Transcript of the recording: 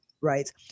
right